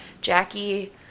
Jackie